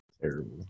Terrible